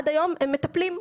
עד היום הם מטפלים,